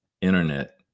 internet